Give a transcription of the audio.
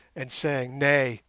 and saying, nay,